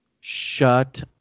shut